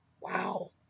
Wow